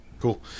Cool